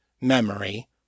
memory—